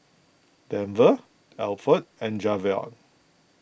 Denver Alford and Javion